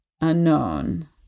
unknown